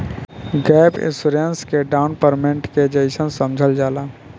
gap insurance के down payment के जइसन समझल जाला